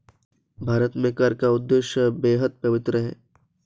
भारत में कर का उद्देश्य बेहद पवित्र है